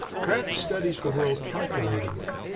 craft studies the world calculatingly,